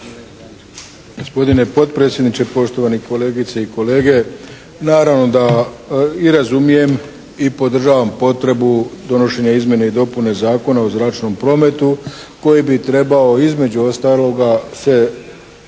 Gospodine potpredsjedniče, poštovani kolegice i kolege. Naravno da i razumijem i podržavam potrebu donošenja izmjene i dopune Zakona o zračnom prometu koji bi trebao između ostaloga se